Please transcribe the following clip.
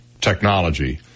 technology